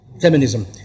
Feminism